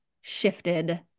shifted